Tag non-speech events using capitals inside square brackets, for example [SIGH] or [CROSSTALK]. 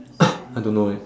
[NOISE] I don't know eh